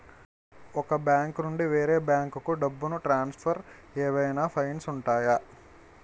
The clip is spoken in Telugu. ఒక బ్యాంకు నుండి వేరే బ్యాంకుకు డబ్బును ట్రాన్సఫర్ ఏవైనా ఫైన్స్ ఉంటాయా?